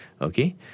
okay